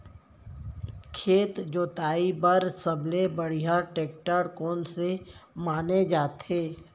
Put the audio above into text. खेत जोताई बर सबले बढ़िया टेकटर कोन से माने जाथे?